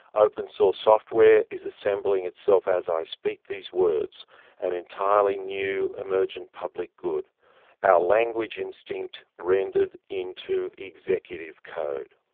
open source software is assembling itself as i speak these words an entirely new emergent public good our language instinct rendered into executive code!